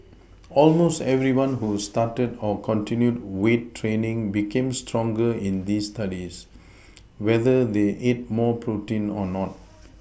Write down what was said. almost everyone who started or continued weight training became stronger in these Studies whether they ate more protein or not